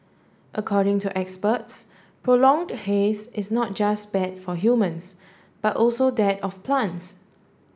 according to experts prolonged haze is not just bad for humans but also that of plants